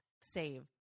save